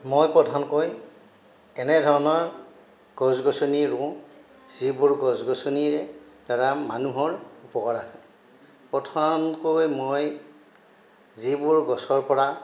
মই প্ৰধানকৈ এনেধৰণৰ গছ গছনি ৰুও যিবোৰ গছ গছনিৰে দ্বাৰা মানুহৰ উপকাৰ আহে প্ৰথমকৈ মই যিবোৰ গছৰ পৰা